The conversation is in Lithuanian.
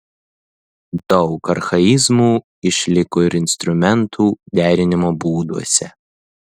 daug archaizmų išliko ir instrumentų derinimo būduose